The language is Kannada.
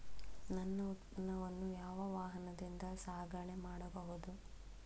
ನನ್ನ ಉತ್ಪನ್ನವನ್ನು ಯಾವ ವಾಹನದಿಂದ ಸಾಗಣೆ ಮಾಡಬಹುದು?